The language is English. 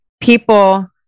people